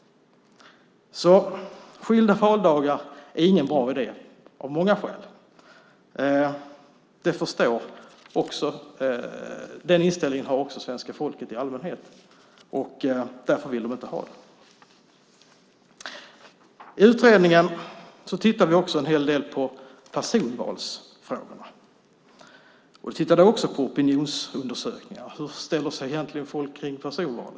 Skilda valdagar är alltså av många skäl ingen bra idé. Den inställningen har också svenska folket i allmänhet. Därför vill man inte ha det. I utredningen tittade vi också en hel del på personvalsfrågorna. Vi tittade på opinionsundersökningar. Hur ställer sig egentligen folk till personval?